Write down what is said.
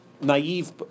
Naive